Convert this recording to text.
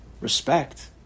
respect